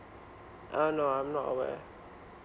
uh no I'm not aware